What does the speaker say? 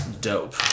Dope